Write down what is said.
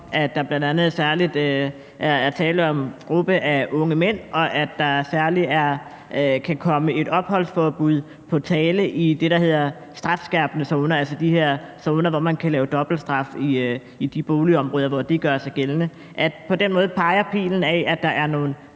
at der bl.a. særlig er tale om en gruppe af unge mænd, og at der særlig kan komme et opholdsforbud på tale i det, der hedder strafskærpende zoner, altså de her zoner, hvor man kan lave dobbeltstraf i de boligområder, hvor det gør sig gældende. På den måde peger pilen mod, at der ligesom